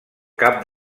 cap